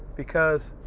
because